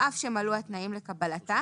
אף שמלאו התנאים לקבלתה,